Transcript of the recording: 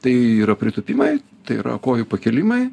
tai yra pritūpimai tai yra kojų pakėlimai